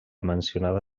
mencionada